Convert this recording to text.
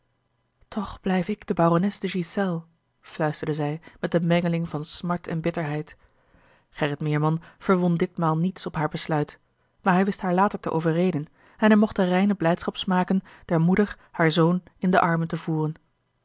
toch blijf ik de barones de ghiselles fluisterde zij met eene mengeling van smart en bitterheid gerrit meerman verwon ditmaal niets op haar besluit maar hij wist haar later te overreden en hij mocht de reine blijdschap smaken der moeder haar zoon in de armen te voeren